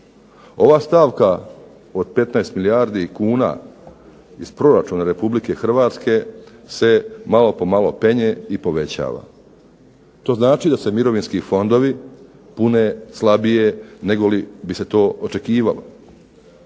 Ova stavka od 15 milijardi kuna iz proračuna RH se malo po malo penje i povećava. To znači da se mirovinski fondovi pune slabije negoli bi se to očekivalo.